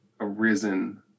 arisen